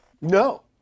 No